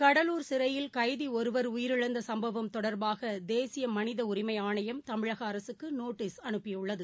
கடலூர் சிறையில் கைதிஒருவர் உயிரிழந்தசும்பவம் தொடர்பாகதேசியமனிதஉரிமைஆணையம் தமிழகஅரசுக்குநோட்டீஸ் அனுப்பியுள்ளது